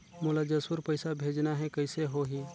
मोला जशपुर पइसा भेजना हैं, कइसे होही?